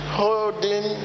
holding